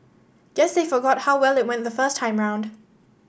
guess they forgot how well it went the first time round